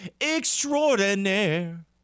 extraordinaire